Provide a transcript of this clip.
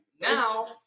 now